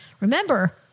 remember